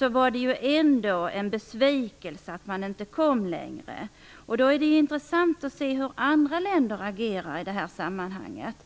var det ändå en besvikelse att man inte kom längre. Då är det ju intressant att se hur andra länder agerar i det här sammanhanget.